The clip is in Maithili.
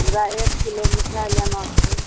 हमरा एक किलो मिठाइ लेना छै